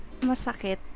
masakit